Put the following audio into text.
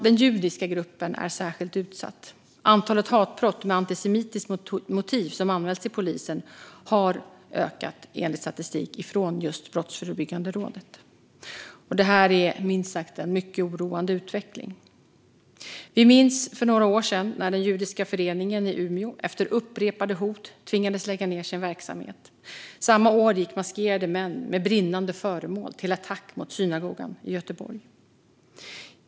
Den judiska gruppen är särskilt utsatt. Antalet hatbrott med antisemitiskt motiv som anmäls till polisen har ökat enligt statistik från just Brottsförebyggande rådet. Detta är minst sagt en mycket oroande utveckling. Vi minns för några år sedan när den judiska föreningen i Umeå, efter upprepade hot, tvingades lägga ned sin verksamhet. Samma år gick maskerade män med brinnande föremål till attack mot synagogan i Göteborg.